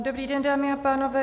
Dobrý den, dámy a pánové.